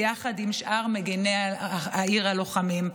ביחד עם שאר מגיני העיר הלוחמים.